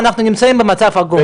ואנחנו נמצאים במצב עגום.